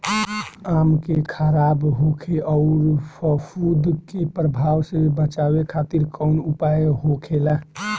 आम के खराब होखे अउर फफूद के प्रभाव से बचावे खातिर कउन उपाय होखेला?